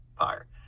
empire